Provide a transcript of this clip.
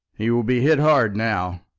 he will be hit hard now,